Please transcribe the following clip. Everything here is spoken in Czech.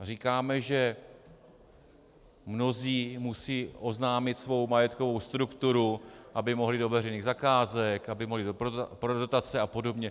Říkáme, že mnozí musí oznámit svou majetkovou strukturu, aby mohli do veřejných zakázek, aby mohli pro dotace a podobně.